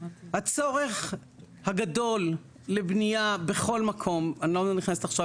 הצורך הגדול לבנייה בכל מקום אני לא נכנסת עכשיו